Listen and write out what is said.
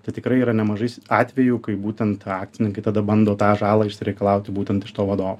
tai tikrai yra nemažai atvejų kai būtent akcininkai tada bando tą žalą išsireikalauti būtent iš to vadovo